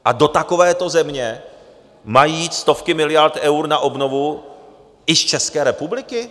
A do takovéto země mají jít stovky miliard eur na obnovu i z České republiky?